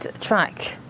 track